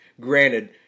granted